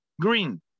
green